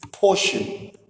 portion